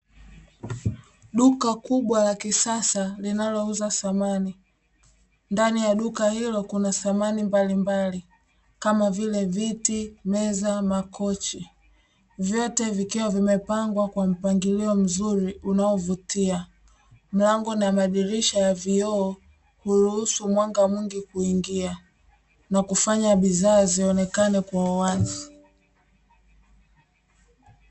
Duka kubwa la kisasa linalouza samani. Ndani ya duka hilo kuna samani mbalimbali kama vile: viti, meza, makochi. Vyote vikiwa vimepangwa kwa mpangilio mzuri unaovutia, mlango na madirisha ya vioo, huruhusu mwanga mwingi kuingia, na kufanya bidhaa zionekane kwa uwazi.